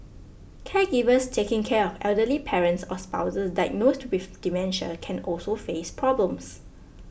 caregivers taking care of elderly parents or spouses diagnosed with dementia can also face problems